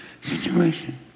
situation